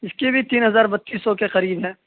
اس کی بھی تین ہزار پچیس سو کے قریب ہے